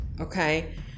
okay